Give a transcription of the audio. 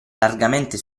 largamente